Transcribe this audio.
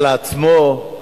על עצמו?